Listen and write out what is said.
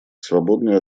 свободную